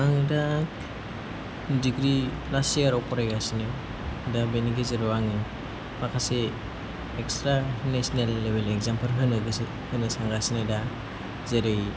आङो दा degree first याराव फरायगासिनो दा बेनि गेजेराव आं माखासे एक्सट्रा नेसनेल लेभेलनि एक्जामफोर होनो गोसो होनो सानगासिनो दा जेरै